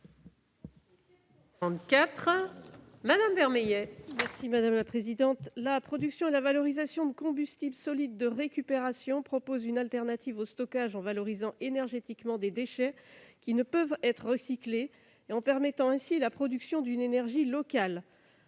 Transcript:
La production et la valorisation de combustibles solides de récupération (CSR) constituent une solution de substitution au stockage, en valorisant énergétiquement des déchets qui ne peuvent être recyclés et en permettant ainsi la production d'une énergie locale.